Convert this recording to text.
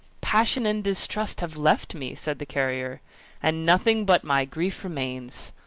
passion and distrust have left me! said the carrier and nothing but my grief remains.